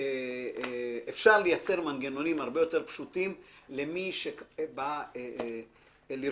אפשר לייצר מנגנונים הרבה יותר פשוטים למי שבא לרכוש.